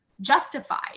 justified